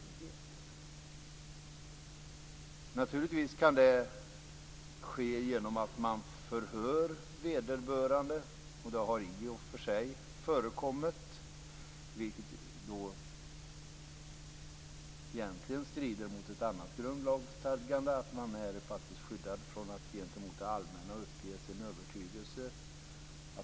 Naturligtvis kan det ske genom att man förhör vederbörande. Det har i och för sig förekommit, vilket strider mot ett annat grundlagsstadgande, att man faktiskt är skyddad mot att gentemot det allmänna uppge sin övertygelse.